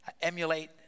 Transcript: emulate